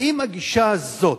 האם הגישה הזאת